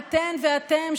אתן ואתם,